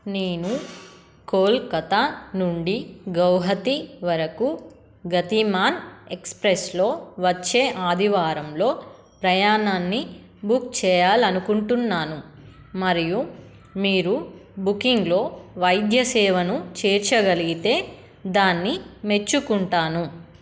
నేను కోల్కతా నుండి గౌహతి వరకు గతిమాన్ ఎక్స్ప్రెస్లో వచ్చే ఆదివారంలో ప్రయాణాన్ని బుక్ చేయాలి అనుకుంటున్నాను మరియు మీరు బుకింగ్లో వైద్య సేవను చేర్చగలిగితే దాన్ని మెచ్చుకుంటాను